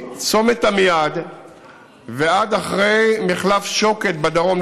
מצומת עמיעד ועד אחרי מחלף שוקת בדרום,